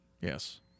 Yes